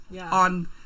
on